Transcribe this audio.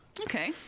Okay